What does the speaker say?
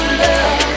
love